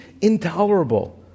intolerable